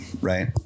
right